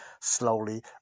slowly